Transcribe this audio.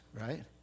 right